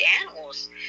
animals